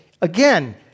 again